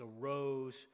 arose